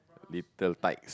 little tykes